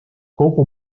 kogu